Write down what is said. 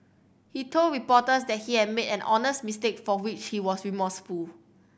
he told reporters that he had made an honest mistake for which he was remorseful